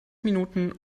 minuten